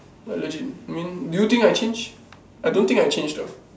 legit I mean do you think I changed I don't think I change though